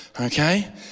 Okay